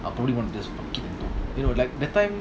I'll probably want to just eh no like that time